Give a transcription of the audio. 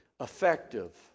effective